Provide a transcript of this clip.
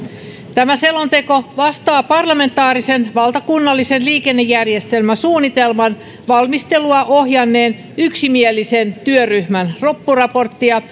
tämä selonteko vastaa parlamentaarisen valtakunnallisen liikennejärjestelmäsuunnitelman valmistelua ohjanneen yksimielisen työryhmän loppuraporttia